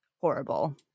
horrible